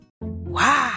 Wow